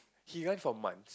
he earn from mine